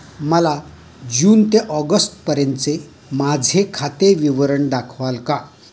मला जून ते ऑगस्टपर्यंतचे माझे खाते विवरण दाखवाल का?